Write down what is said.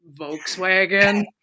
volkswagen